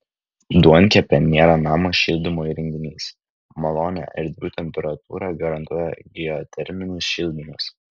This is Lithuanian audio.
duonkepė nėra namo šildymo įrenginys malonią erdvių temperatūrą garantuoja geoterminis šildymas